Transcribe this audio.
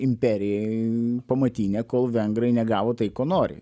imperijoj pamatinė kol vengrai negavo tai ko nori